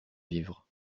vivres